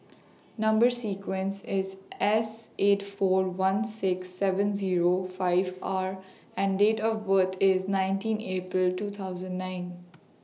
Number sequence IS S eight four one six seven Zero five R and Date of birth IS nineteen April two thousand nine